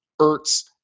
Ertz